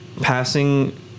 Passing